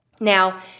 Now